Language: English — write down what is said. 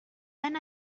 and